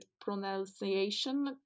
pronunciation